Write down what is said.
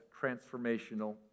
transformational